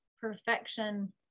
perfection